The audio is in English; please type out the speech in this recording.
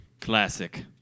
Classic